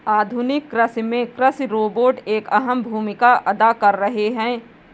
आधुनिक कृषि में कृषि रोबोट एक अहम भूमिका अदा कर रहे हैं